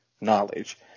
knowledge